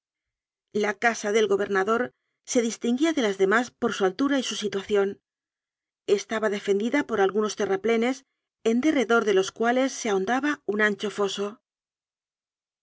la casa del gobernador se distinguía de las demás por su altura y su situación estaba defendida por algunos terraplenes en derredor de los cuales se ahondaba un ancho foso